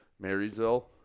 Marysville